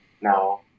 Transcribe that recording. now